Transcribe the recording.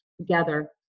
together